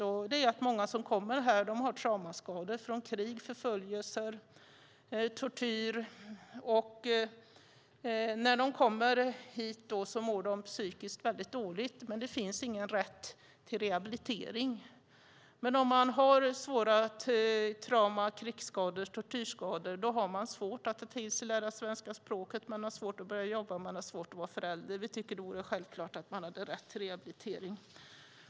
Det handlar om att många som kommer hit har traumaskador från krig, förföljelser och tortyr. När de kommer hit mår de psykiskt dåligt, men det finns ingen rätt till rehabilitering. Om man har svåra trauman från krigsskador och tortyrskador har man svårt att ta till sig och lära sig det svenska språket, svårt att börja jobba och svårt att vara förälder. Vi tycker att det borde vara självklart att man har rätt till rehabilitering.